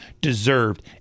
deserved